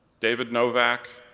david novack,